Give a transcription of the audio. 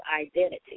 identity